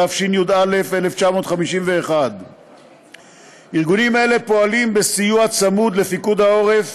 התשי"א 1951. ארגונים אלה פועלים בסיוע צמוד לפיקוד העורף